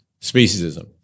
speciesism